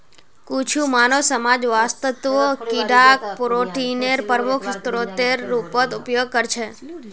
कुछु मानव समाज वास्तवत कीडाक प्रोटीनेर प्रमुख स्रोतेर रूपत उपयोग करछे